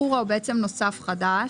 חורה בעצם נוסף, חדש.